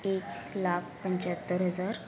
एक लाक पंच्याहत्तर हजार